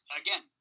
again